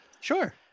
Sure